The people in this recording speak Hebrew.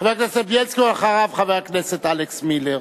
חבר הכנסת בילסקי, ואחריו, חבר הכנסת אלכס מילר.